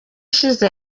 ishize